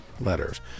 letters